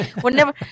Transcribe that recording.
whenever